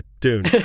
Dune